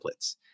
templates